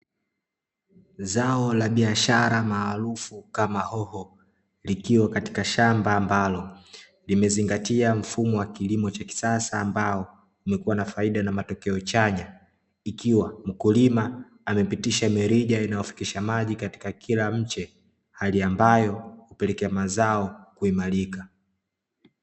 Zao la biashara maarufu kama hoho likiwa katika shamba ambalo limezingatia mfumo wa kilimo cha kisasa, ambao umekua na faida na matokeo chanya, ikiwa mkulima amepitisha mirija inayosafirisha maji katika kila mche, hali ambayo hupelekea mazao kuimarika.